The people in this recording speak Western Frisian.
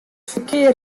ferkear